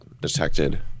detected